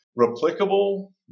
replicable